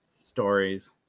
stories